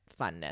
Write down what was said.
funness